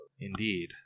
Indeed